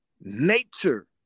nature